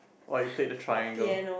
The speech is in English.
!wah! you played the triangle